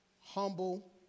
humble